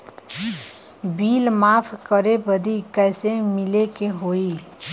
Bill माफ करे बदी कैसे मिले के होई?